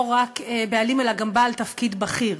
לא רק בעלים אלא גם בעל תפקיד בכיר.